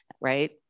right